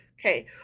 okay